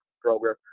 program